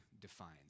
defines